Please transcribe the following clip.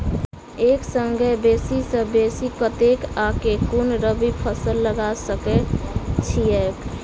एक संगे बेसी सऽ बेसी कतेक आ केँ कुन रबी फसल लगा सकै छियैक?